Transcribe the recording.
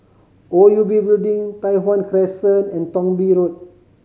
O U B Building Tai Hwan Crescent and Thong Bee Road